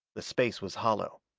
the space was hollow.